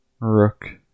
rook